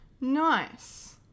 nice